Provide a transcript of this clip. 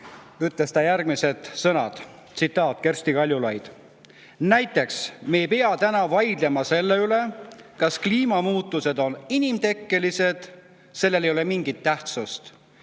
ütles järgmised sõnad: "Näiteks me ei pea täna vaidlema selle üle, kas kliimamuutused on inimtekkelised. Sellel ei ole mingit tähtsust.